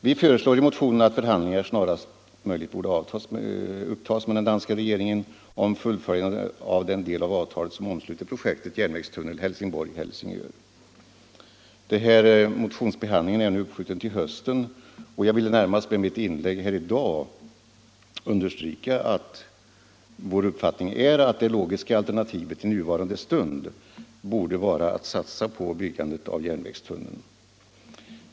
Vi föreslår i motionen att förhandlingar snarast möjligt upptas med den danska regeringen om fullföljande av den del av avtalet som omsluter projektet järnvägstunneln Helsingborg Helsingör. Behandlingen av vår motion har nu skjutits upp till hösten. Jag ville med mitt inlägg i dag närmast understryka att vår uppfattning är att det logiska alternativet i nuvarande stund borde vara att satsa på byggandet av järnvägstunneln.